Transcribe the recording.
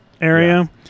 area